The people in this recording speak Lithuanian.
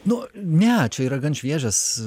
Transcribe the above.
nu ne čia yra gan šviežias